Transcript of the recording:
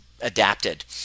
Adapted